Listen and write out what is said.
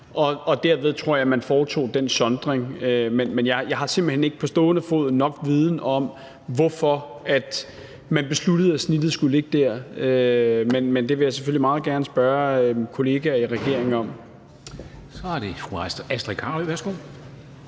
og derfor tror jeg, at man foretog den sondring. Men jeg har simpelt hen ikke på stående fod nok viden om, hvorfor man besluttede, at snittet skulle ligge der. Men det vil jeg selvfølgelig meget gerne spørge kollegaer i regeringen om. Kl. 11:22 Formanden (Henrik